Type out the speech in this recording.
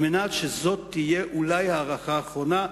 כדי שזאת תהיה אולי ההארכה האחרונה,